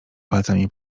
palcami